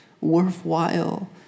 worthwhile